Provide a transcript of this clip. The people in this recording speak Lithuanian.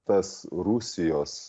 tas rusijos